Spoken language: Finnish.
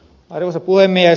arvoisa puhemies